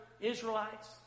Israelites